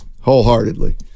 Wholeheartedly